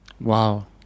Wow